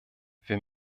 wir